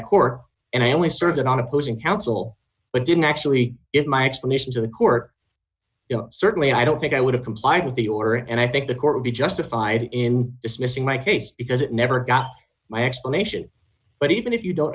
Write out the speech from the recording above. a court and i only served on opposing counsel but didn't actually if my explanation to the court certainly i don't think i would have complied with the order and i think the court would be justified in dismissing my case because it never got my explanation but even if you don't